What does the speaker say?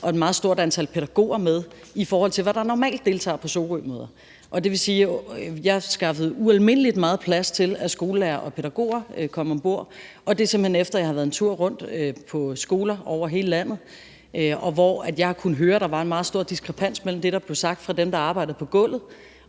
og et meget stort antal pædagoger med i forhold til, hvad der normalt deltager på Sorømøder. Det vil sige, at jeg skaffede ualmindelig meget plads til, at skolelærere og pædagoger kom ombord. Det er simpelt hen efter, at jeg har været en tur rundt på skoler over hele landet, hvor jeg har kunnet høre, at der var en meget stor diskrepans mellem det, der blev sagt fra dem, der arbejdede på gulvet,